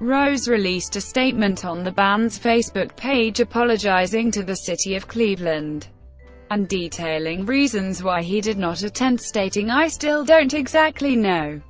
rose released a statement on the band's facebook page apologizing to the city of cleveland and detailing reasons why he did not attend, stating i still don't exactly know